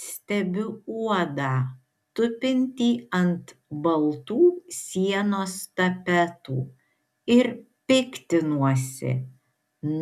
stebiu uodą tupintį ant baltų sienos tapetų ir piktinuosi